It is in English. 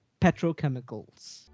petrochemicals